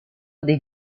dei